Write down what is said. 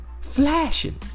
flashing